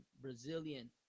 Brazilian